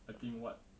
I think what